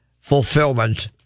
fulfillment